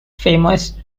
famous